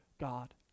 God